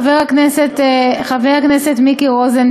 חבר הכנסת מיקי לוי,